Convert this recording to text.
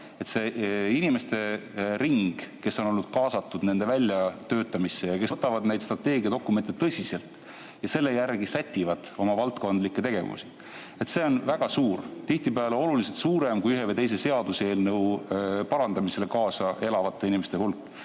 et nende inimeste ring, kes on olnud kaasatud nende väljatöötamisse, kes võtavad neid strateegiadokumentide tõsiselt ja sätivad nende järgi oma valdkondlikke tegevusi, on väga suur, tihtipeale oluliselt suurem kui ühe või teise seaduseelnõu parandamisele kaasa elavate inimeste hulk.